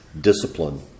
discipline